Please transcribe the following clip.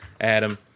Adam